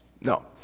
No